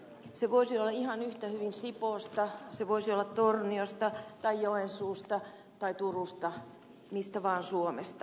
se voisi olla ihan yhtä hyvin sipoosta se voisi olla torniosta tai joensuusta tai turusta mistä vaan suomesta